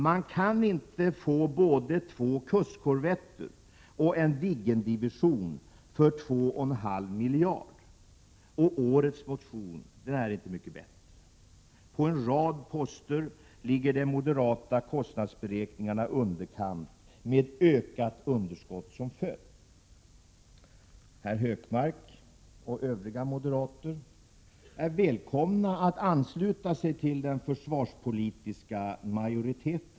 Man kan inte få både två kustkorvetter och en Viggendivision för 2,5 miljarder. Årets motion är inte mycket bättre. På en rad poster ligger de moderata kostnadsberäkningarna i underkant, med ökat underskott som följd. Herr Hökmark och övriga moderater är välkomna att ansluta sig till den försvarspolitiska majoriteten.